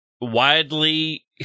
widely